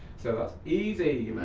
so that's easy.